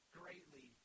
greatly